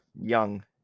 Young